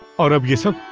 aadab yeah sir.